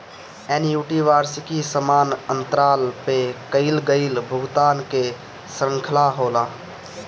annuity वार्षिकी समान अंतराल पअ कईल गईल भुगतान कअ श्रृंखला होला